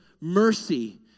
mercy